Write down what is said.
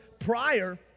prior